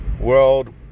world